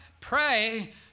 pray